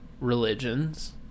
religions